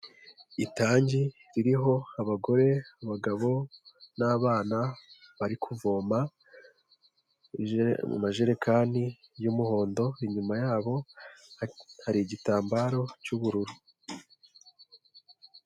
Itangi ririho abagore, abagabo n'abana bari kuvoma, mu majerekani y'umuhondo, inyuma yabo hari igitambaro cy'ubururu.